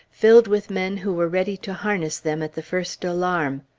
filled with men who were ready to harness them at the first alarm.